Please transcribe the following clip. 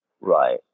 Right